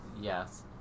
yes